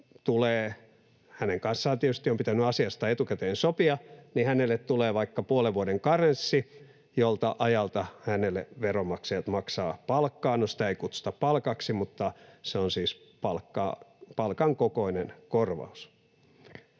hänen kanssaan tietysti on pitänyt asiasta etukäteen sopia — vaikka puolen vuoden karenssi, jolta ajalta veronmaksajat maksavat hänelle palkkaa. No, sitä ei kutsuta palkaksi, mutta se on siis palkan kokoinen korvaus.